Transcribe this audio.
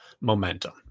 momentum